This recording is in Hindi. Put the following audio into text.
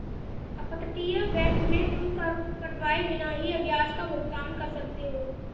अपतटीय बैंक में तुम कर कटवाए बिना ही ब्याज का भुगतान कर सकते हो